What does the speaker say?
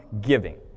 Giving